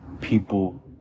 People